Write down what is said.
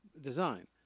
design